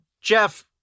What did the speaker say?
Jeff